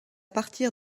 partir